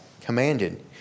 commanded